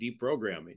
deprogramming